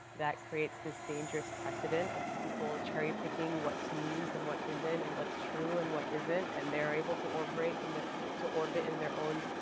that creates this dangerous precedent of people cherry-picking what's news and what isn't, and what's true and what isn't and they're able to orberate in their to orbit in their own